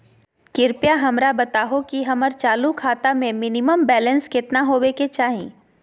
कृपया हमरा बताहो कि हमर चालू खाता मे मिनिमम बैलेंस केतना होबे के चाही